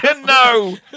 No